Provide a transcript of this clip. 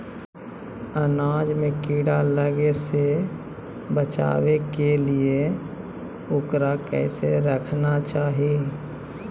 अनाज में कीड़ा लगे से बचावे के लिए, उकरा कैसे रखना चाही?